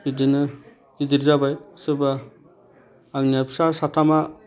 बिदिनो गिदिर जाबाय सोरबा आंनिया फिसा साथामा